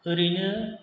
ओरैनो